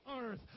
earth